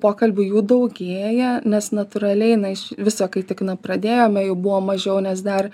pokalbių jų daugėja nes natūraliai na iš viso kai tik na pradėjome jų buvo mažiau nes dar